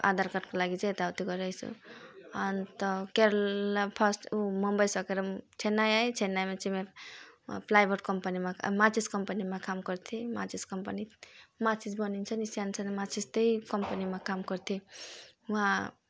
अब आधार कार्डको लागि चाहिँ यताउति गरिरहेछु अनि त केरला फस्ट ऊ मुम्बई सकेर चेन्नई आएँ चेन्नईमा चाहिँ म प्लाइवुड कम्पनीमा माचिस कम्पनीमा काम गर्थेँ माचिस कम्पनी माचिस बनिन्छ नि सानो सानो माचिस त्यही कम्पनीमा काम गर्थेँ उहाँ